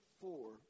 four